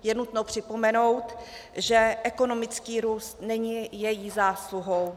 Je nutno připomenout, že ekonomický růst není její zásluhou.